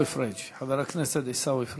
חבר הכנסת עיסאווי פריג'.